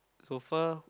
so far